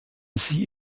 sie